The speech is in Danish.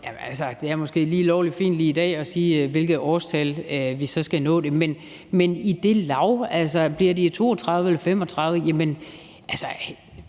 det er måske lige lovlig fint lige i dag at sige, hvilket årstal vi så skal nå det i, men det er sådan på det